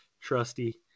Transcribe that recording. trusty